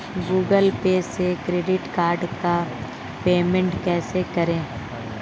Google पर से credit card का पेमेंट कैसे करें?